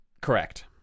Correct